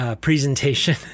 presentation